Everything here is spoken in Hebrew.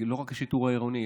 ולא רק השיטור העירוני,